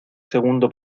segundo